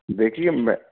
دیکھیے میں